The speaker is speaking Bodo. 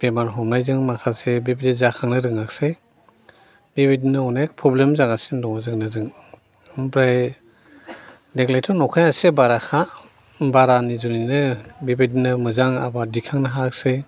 बेमार हमनायजों माखासे बिबादि जाखांनो रोङाखिसै बिबादिनो अनेख प्रब्लेम जागासिनो दं जोंनिजों ओमफ्राय देग्लायथ' नखाया एसे बाराखा बारानि जुनैनो बिबादिनो मोजां आबाद दिखांनो हायाखिसै